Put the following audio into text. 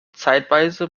zeitweise